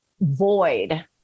void